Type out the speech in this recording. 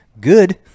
good